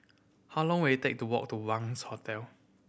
how long will it take to walk to Wangz Hotel